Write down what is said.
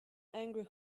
angry